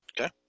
Okay